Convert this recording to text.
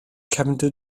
cefndir